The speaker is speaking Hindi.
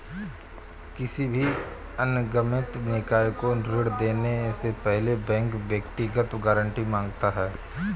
किसी भी अनिगमित निकाय को ऋण देने से पहले बैंक व्यक्तिगत गारंटी माँगता है